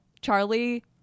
Charlie